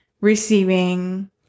receiving